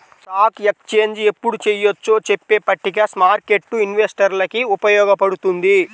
stock exchange ఎప్పుడు చెయ్యొచ్చో చెప్పే పట్టిక స్మార్కెట్టు ఇన్వెస్టర్లకి ఉపయోగపడుతుంది